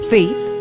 Faith